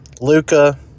Luca